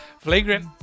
flagrant